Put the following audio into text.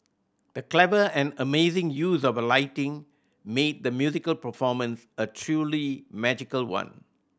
the clever and amazing use of lighting made the musical performance a truly magical one